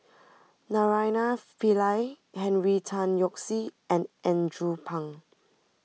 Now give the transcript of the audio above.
Naraina Pillai Henry Tan Yoke See and Andrew Phang